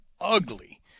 ugly